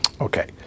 Okay